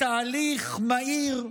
בתהליך מהיר,